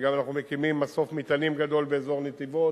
ואנחנו גם מקימים מסוף מטענים גדול באזור נתיבות.